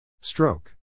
Stroke